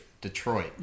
Detroit